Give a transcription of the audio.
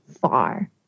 far